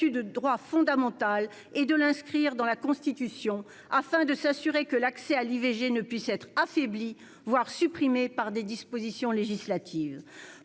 de droit fondamental et de l'inscrire dans la Constitution afin de s'assurer que l'accès à l'IVG ne puisse être affaibli, voire supprimé, par des dispositions législatives.